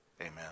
Amen